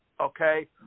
okay